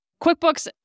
QuickBooks